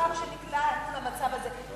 לאחת שנקלעה למצב הזה,